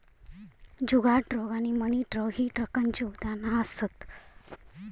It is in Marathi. जुगाड ट्रक आणि मिनी ट्रक ही ट्रकाची उदाहरणा असत